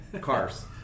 cars